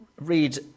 read